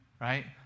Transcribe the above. right